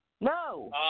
No